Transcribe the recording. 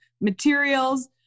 materials